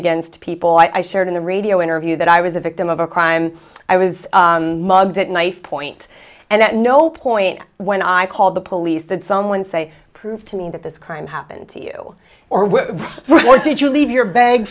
against people i shared in the radio interview that i was the victim of a crime i was mugged at knife point and at no point when i called the police that someone say prove to me that this crime happened to you or with what did you leave your bag